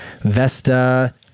Vesta